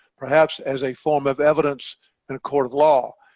perhaps as a form of evidence and a court of law